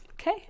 Okay